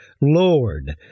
Lord